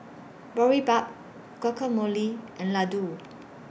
Boribap Guacamole and Ladoo